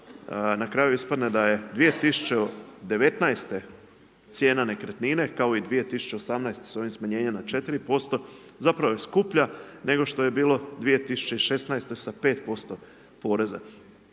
na kraju ispadne da je 2019. cijena nekretnine kao i 2018. sa ovim smanjenjem na 4% zapravo je skuplja nego što je bilo 2016. sa 5% poreza.